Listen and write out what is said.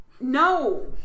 No